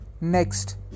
next